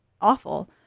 awful